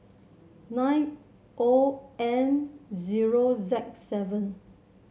nine O N zero Z seven